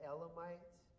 Elamites